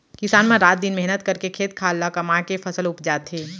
किसान मन रात दिन मेहनत करके खेत खार ल कमाके फसल उपजाथें